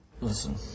Listen